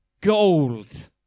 gold